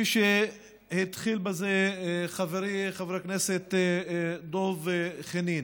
והתחיל בזה חברי חבר הכנסת דב חנין.